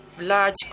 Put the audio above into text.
large